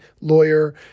lawyer